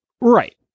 Right